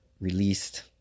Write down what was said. released